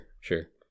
sure